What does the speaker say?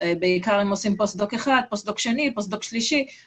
בעיקר אם עושים פוסט-דוק אחד, פוסט-דוק שני, פוסט-דוק שלישי.